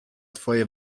twoje